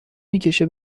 میکشه